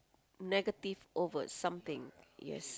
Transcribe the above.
negative over something yes